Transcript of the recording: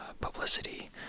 publicity